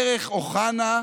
דרך אוחנה,